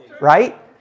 right